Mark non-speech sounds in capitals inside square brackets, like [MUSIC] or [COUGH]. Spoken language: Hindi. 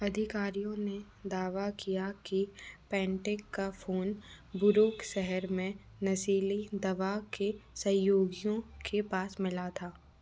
अधिकारियों ने दावा किया कि [UNINTELLIGIBLE] का फोन बुरुक शहर में नशीली दवा के सैयोगियों के पास मिला था